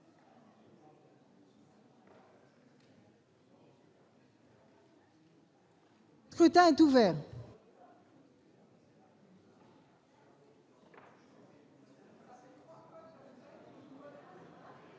Le scrutin est ouvert.